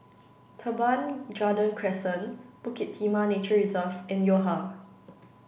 Teban Garden Crescent Bukit Timah Nature Reserve and Yo Ha